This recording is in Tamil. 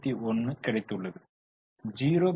51 கிடைத்துள்ளது 0